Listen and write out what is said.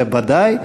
זה ודאי,